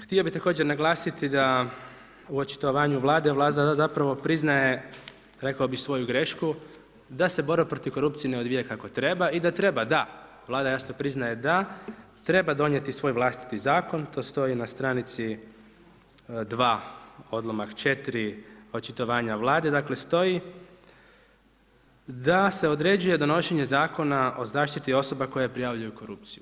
Htio bi također naglasiti da u očitovanju Vlade, Vlada zapravo priznaje rekao bih svoju grešku, da se borba protiv korupcije ne odvija kako treba i da treba, da, Vlada jasno priznaje da, treba donijeti svoj vlastiti zakon ,to stoji na stranici 2. odlomaka 4. očitovanja Vlade, dakle stoji da se određuje donošenje zakona o zaštiti osoba koje prijavljuju korupciju.